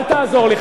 אל תעזור לי,